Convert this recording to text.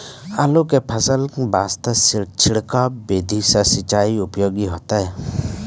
आलू के फसल वास्ते छिड़काव विधि से सिंचाई उपयोगी होइतै?